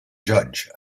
judge